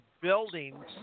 buildings